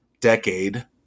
decade